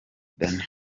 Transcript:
danny